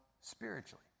spiritually